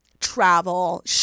travel